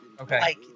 okay